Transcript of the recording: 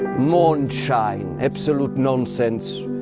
moon shine absolute nonsense.